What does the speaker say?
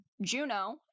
Juno